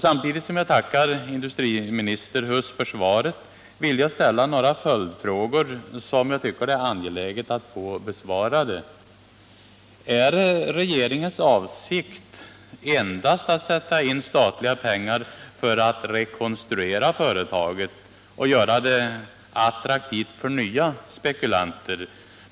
Samtidigt som jag tackar industriminister Huss för svaret vill jag ställa några följdfrågor, som det är angeläget att få besvarade. Är regeringens avsikt endast att sätta in statliga pengar för att rekonstruera företaget och göra det attraktivt för nya spekulanter?